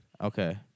Okay